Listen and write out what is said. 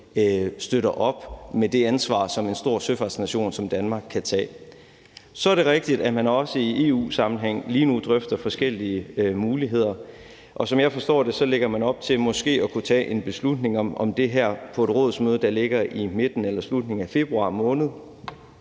støtter op med det ansvar, som en stor søfartsnation som Danmark kan tage. Så er det rigtigt, at man også i EU-sammenhæng lige nu drøfter forskellige muligheder, og som jeg forstår det, lægger man op til måske at kunne tage en beslutning om det her på et rådsmøde, der ligger i midten eller slutningen af februar måned.